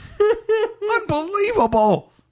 Unbelievable